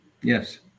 yes